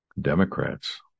Democrats